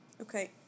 Okay